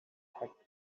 packed